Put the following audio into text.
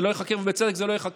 זה לא ייחקר, ובצדק זה לא ייחקר,